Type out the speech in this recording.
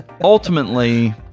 Ultimately